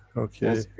okay,